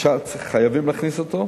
חייבים להכניס אותו.